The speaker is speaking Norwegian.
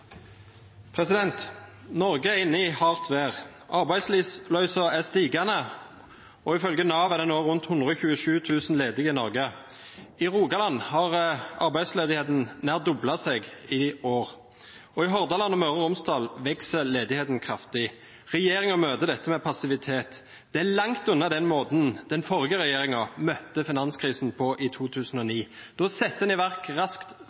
Norge er i hardt vær. Arbeidsløsheten er stigende, og ifølge Nav er det nå rundt 127 000 ledige i Norge. I Rogaland har arbeidsledigheten nær doblet seg i år, og i Hordaland og Møre og Romsdal vokser ledigheten kraftig. Regjeringen møter dette med passivitet. Det er langt unna måten den forrige regjeringen møtte finanskrisen på i 2009. Da satte en raskt i verk